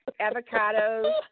avocados